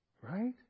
Right